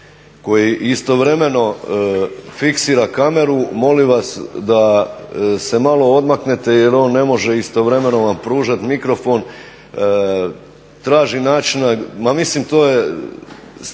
koji istovremeno fiksira kameru molim vas da se malo odmaknete jer on ne može vam istovremeno pružati mikrofon, mislim to je sramota